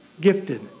gifted